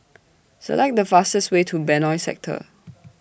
Select The fastest Way to Benoi Sector